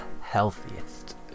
healthiest